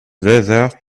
desert